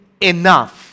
enough